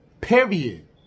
Period